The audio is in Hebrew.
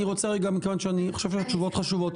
אני רוצה רגע גם מכיוון שאני חושב שהתשובות חשובות: